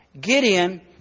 Gideon